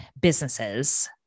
businesses